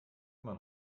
immer